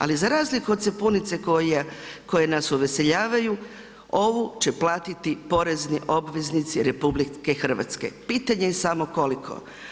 Ali za razliku od sapunice koje nas uveseljavaju ovu će platiti porezni obveznici RH, pitanje je samo koliko.